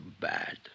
bad